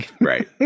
Right